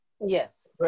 Yes